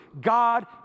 God